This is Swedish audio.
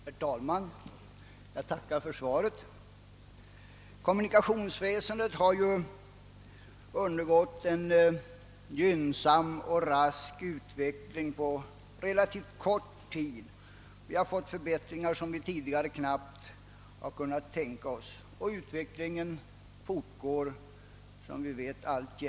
Herr talman! Jag tackar för svaret. Kommunikationsväsendet har ju undergått en gynnsam och rask utveckling på relativt kort tid. Vi har fått förbättringar som vi tidigare knappast kunnat tänka oss och utvecklingen fortgår, som vi vet.